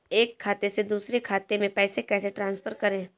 एक खाते से दूसरे खाते में पैसे कैसे ट्रांसफर करें?